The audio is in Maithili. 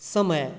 समय